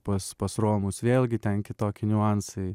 pas pas romus vėlgi ten kitoki niuansai